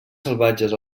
salvatges